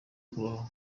kubaho